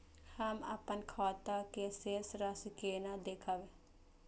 हम अपन खाता के शेष राशि केना देखब?